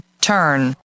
turn